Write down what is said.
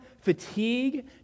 fatigue